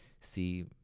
see